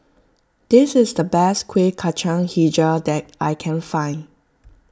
this is the best Kuih Kacang HiJau that I can find